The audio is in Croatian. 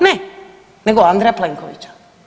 Ne, nego Andreja Plenkovića.